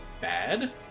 bad